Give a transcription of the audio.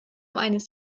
eines